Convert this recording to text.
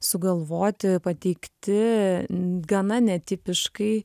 sugalvoti pateikti gana netipiškai